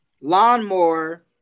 Lawnmower